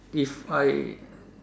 if I